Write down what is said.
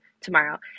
tomorrow